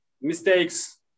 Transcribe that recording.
mistakes